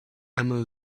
emma